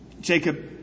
Jacob